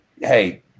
hey